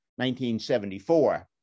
1974